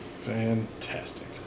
Fantastic